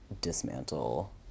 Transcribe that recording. dismantle